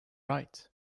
right